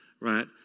right